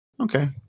okay